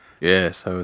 Yes